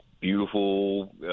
beautiful